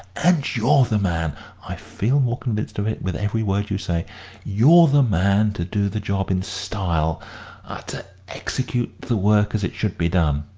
and you're the man i feel more convinced of it with every word you say you're the man to do the job in style ah to execute the work as it should be done.